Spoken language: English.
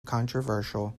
controversial